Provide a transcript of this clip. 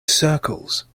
circles